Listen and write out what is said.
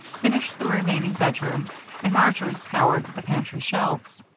finished the remaining bedroom and marjory scoured the pantry shelves.